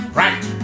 right